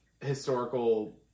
historical